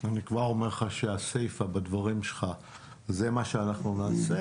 אני כבר אומר לך שהסיפה בדברים שלך זה מה שאנחנו נעשה.